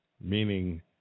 meaning